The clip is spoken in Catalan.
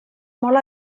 molt